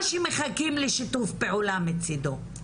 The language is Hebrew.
או שמחכים לשיתוף פעולה מצידו.